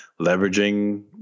leveraging